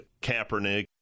Kaepernick